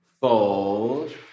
Fold